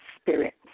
spirit